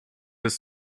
his